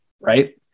Right